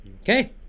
Okay